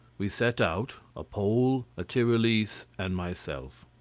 we set out a pole, a tyrolese, and myself.